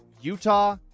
Utah